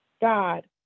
God